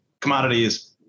commodities